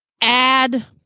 add